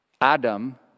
Adam